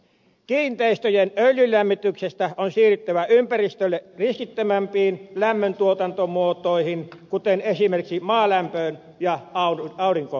kiinteistöjen öljylämmityksestä on siirryttävä ympäristölle riskittömämpiin lämmöntuotantomuotoihin kuten esimerkiksi maalämpöön ja aurinkoenergiaan